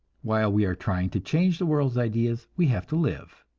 while we are trying to change the world's ideas, we have to live,